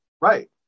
right